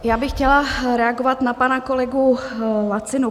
Já bych chtěla reagovat na pana kolegu Lacinu.